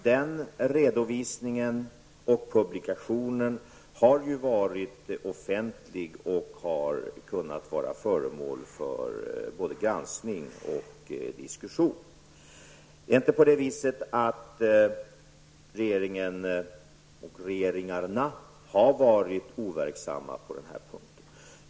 Den redovisningen och publikationen har varit offentlig, och detta har varit föremål för både granskning och diskussion. Det är inte så att regeringen och regeringarna har varit overksamma på den här punkten.